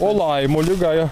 o laimo liga